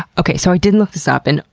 okay so i did look this up. and,